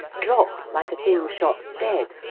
drop like a thing shot dead,